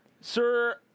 Sir